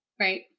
right